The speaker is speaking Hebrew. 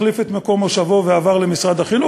החליף את מקום מושבו ועבר למשרד החינוך.